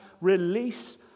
release